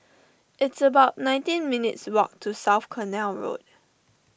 it's about nineteen minutes' walk to South Canal Road